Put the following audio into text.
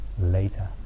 later